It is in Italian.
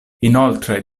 inoltre